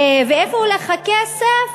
ולאן הולך הכסף?